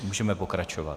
Můžeme pokračovat.